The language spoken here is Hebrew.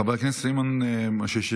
חבר הכנסת סימון מושיאשוילי,